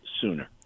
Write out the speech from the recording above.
sooner